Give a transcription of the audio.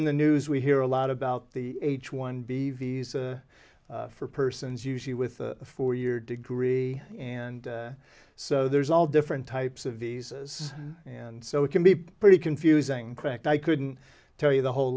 in the news we hear a lot about the h one b visa for persons usually with a four year degree and so there's all different types of these and so it can be pretty confusing cracked i couldn't tell you the whole